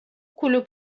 کلوپ